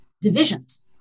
divisions